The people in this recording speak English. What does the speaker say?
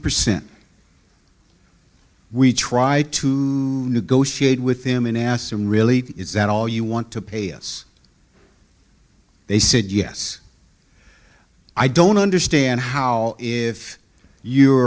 percent we tried to negotiate with him and asked him really is that all you want to pay us they said yes i don't understand how if you